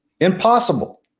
Impossible